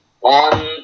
On